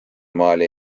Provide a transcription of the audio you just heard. maali